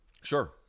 Sure